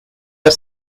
has